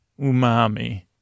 Umami